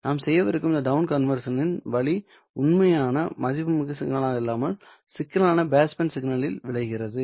நாம் செய்யவிருக்கும் இந்த டவுன் கன்வெர்ஷனின் வழி உண்மையான மதிப்புமிக்க சிக்னலாக இல்லாமல் சிக்கலான பேஸ் பேண்ட் சிக்னலில் விளைகிறது